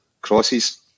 crosses